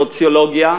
סוציולוגיה,